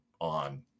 on